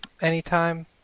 anytime